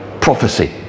prophecy